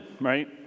Right